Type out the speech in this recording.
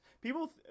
People